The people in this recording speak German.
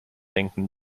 denken